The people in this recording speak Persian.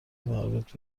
مربوط